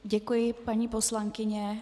Děkuji, paní poslankyně.